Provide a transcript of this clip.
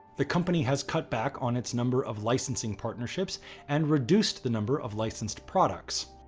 the company has cut back on its number of licensing partnerships and reduced the number of licensed products.